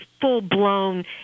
full-blown